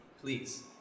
please